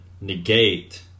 negate